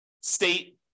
state